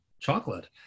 chocolate